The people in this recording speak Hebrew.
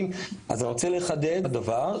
רוצה לחדד דבר,